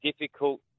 difficult